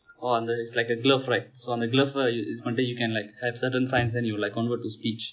oh அந்த:antha is like a glove right so அந்த:antha glove use பன்னிட்டு:pannittu you can like have certain signs then you like convert to speech